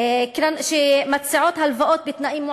לבנוני, סורי ואחרים.